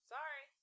Sorry